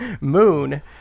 moon